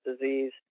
disease